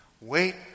Wait